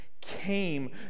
came